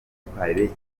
imyitwarire